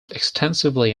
extensively